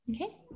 Okay